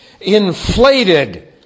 inflated